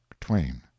twain